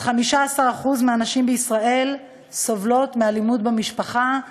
עד 15% מהנשים בישראל סובלות מאלימות במשפחה.